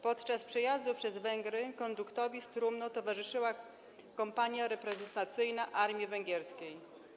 Podczas przejazdu przez Węgry konduktowi z trumną towarzyszyła kompania reprezentacyjna armii węgierskiej.